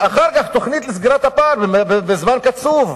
ואחר כך: תוכנית לסגירת הפער בזמן קצוב,